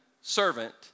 servant